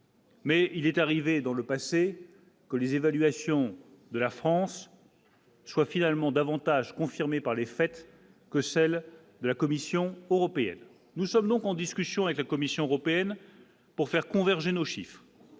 Mais il était arrivé dans le passé que les évaluations de la France soit finalement davantage confirmé par les fêtes que celle de la Commission européenne, nous sommes donc en discussion avec la Commission européenne pour faire converger nos chiffres.